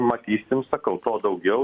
matysim sakau to daugiau